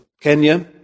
Kenya